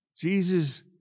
Jesus